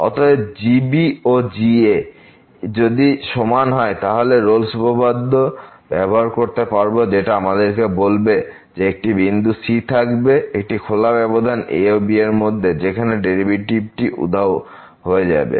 অতএব যদি g ও g যদি সমান হয় তাহলে আমরা রোলস উপপাদ্য ব্যবহার করতে পারব যেটা আমাদেরকে বলবে যে একটি বিন্দু c থাকবে একটি খোলা ব্যবধান a b এর মধ্যে যেখানে ডেরিভেটিভটি উধাও হয়ে যাবে